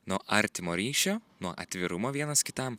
nuo artimo ryšio nuo atvirumo vienas kitam